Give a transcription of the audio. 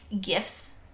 gifts